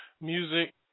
music